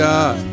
God